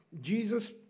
Jesus